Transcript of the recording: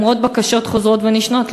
למרות בקשות חוזרות ונשנות,